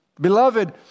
Beloved